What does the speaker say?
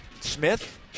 Smith